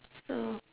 ya